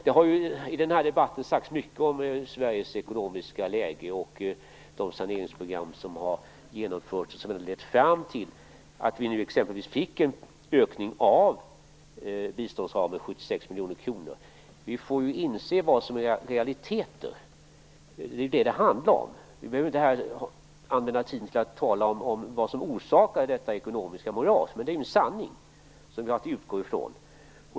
Det har i den här debatten sagts mycket om Sveriges ekonomiska läge och om de saneringsprogram som har genomförts och lett fram till en ökning av biståndsramen med 76 miljoner kronor. Vi får inse vad som är realiteter. Det är det som det handlar om. Vi behöver inte använda tiden till att tala om vad som orsakade detta ekonomiska moras, men det är en sanning som vi har att utgå från.